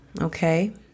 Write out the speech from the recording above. okay